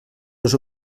dos